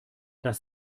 das